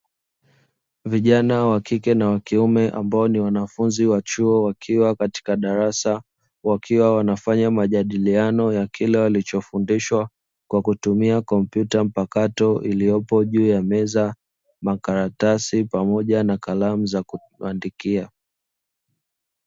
Vijana wa kike na wa kiume ambao ni wanafunzi wa chuo wakiwa katika darasa, wakiwa wanafanya majadiliano ya kile walichofundishwa kwa kutumia kompyuta mpakato iliyopo juu ya meza, makaratasi pamoja na kalamu za kuandikia.